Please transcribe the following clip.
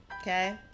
okay